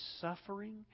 suffering